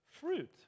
fruit